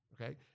okay